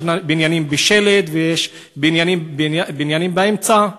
יש בניינים בשלד ויש בניינים באמצע,